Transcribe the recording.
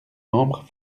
membres